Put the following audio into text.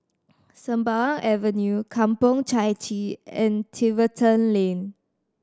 Sembawang Avenue Kampong Chai Chee and Tiverton Lane